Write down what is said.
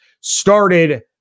started